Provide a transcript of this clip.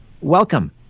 welcome